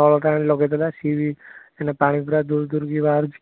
ନଳଟା ଆଣି ଲଗେଇଦେଲା ସିଏ ବି ପୁରା ପାଣି ପୁରା ଜୋର୍ ଜୋର୍ କି ବାହାରୁଛି